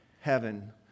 heaven